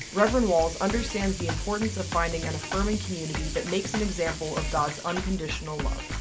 reverend wells understands the importance of finding and affirming community that makes an example of god's unconditional love.